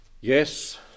Yes